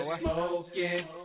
smoking